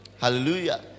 Hallelujah